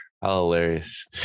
hilarious